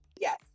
yes